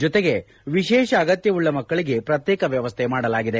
ಜೊತೆಗೆ ವಿಶೇಷ ಅಗತ್ಯವುಳ್ಳ ಮಕ್ಕಳಿಗೆ ಪ್ರತ್ಯೇಕ ವ್ಯವಸ್ಥೆ ಮಾಡಲಾಗಿದೆ